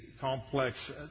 complex